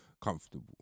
comfortable